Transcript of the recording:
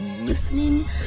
listening